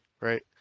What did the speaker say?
right